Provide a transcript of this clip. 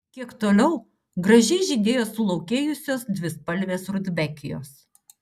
kiek toliau gražiai žydėjo sulaukėjusios dvispalvės rudbekijos